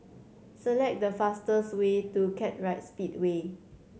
select the fastest way to Kartright Speedway